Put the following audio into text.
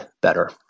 better